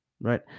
right